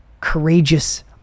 courageous